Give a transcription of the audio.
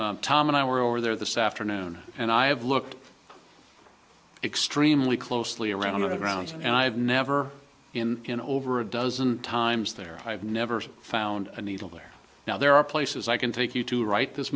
times tom and i were over there the south after noon and i have looked extremely closely around the grounds and i've never been in over a dozen times there i've never found a needle there now there are places i can take you to right this